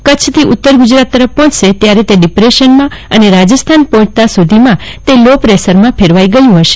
કચ્છથી ઉત્તર ગુજરાત તરફ પફોંચશે ત્યારે તે ડીપ્રેશનમાં અને રાજસ્થાન પહોંચતા સુધીમાં તે વેલ માર્ક લો પ્રેશરમાં ફેરવાયુ ગયુ ફશે